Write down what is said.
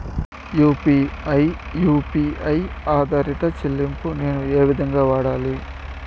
UPI U P I ఆధారిత చెల్లింపులు నేను ఏ విధంగా వాడాలి?